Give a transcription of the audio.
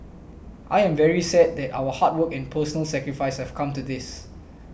I am very sad that our hard work and personal sacrifice have come to this